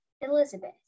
Elizabeth